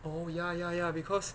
oh ya ya ya because